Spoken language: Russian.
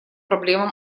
проблемам